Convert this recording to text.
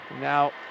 Now